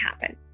happen